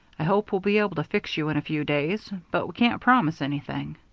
i hope we'll be able to fix you in a few days, but we can't promise anything.